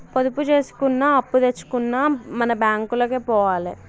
పొదుపు జేసుకున్నా, అప్పుదెచ్చుకున్నా మన బాంకులకే పోవాల